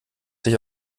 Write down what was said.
sich